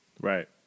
Right